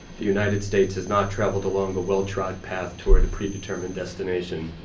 the united states has not traveled along a well-trod path toward a pre-determined destination.